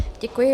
Děkuji.